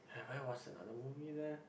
have I watched another movie there